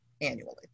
annually